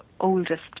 oldest